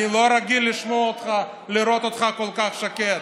אני לא רגיל לראות אותך כל כך שקט.